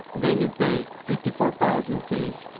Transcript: then you pay fifty four pounds in fees,